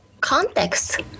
context